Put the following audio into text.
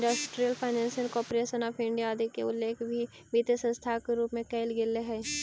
industrial finance corporation of India आदि के उल्लेख भी वित्तीय संस्था के रूप में कैल गेले हइ